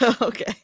Okay